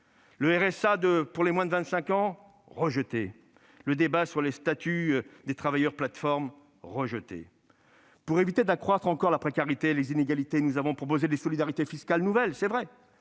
Le RSA pour les moins de 25 ans : rejeté ; le débat sur le statut des travailleurs des plateformes : rejeté ! Pour éviter d'accroître encore la précarité et les inégalités, nous avons proposé des solidarités fiscales nouvelles, des fonds